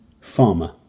Farmer